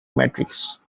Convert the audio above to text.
matrix